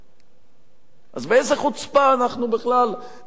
אז באיזו חוצפה אנחנו בכלל מנהלים משפטים